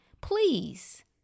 Please